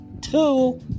two